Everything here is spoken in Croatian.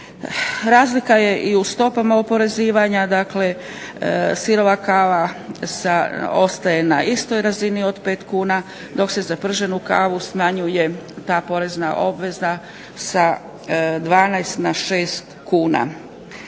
Razlika je i u stopama oporezivanja, dakle sirova kava ostaje na istoj razini od 5 kuna, dok se za prženu kavu smanjuje ta porezna obveza sa 12 na 6 kuna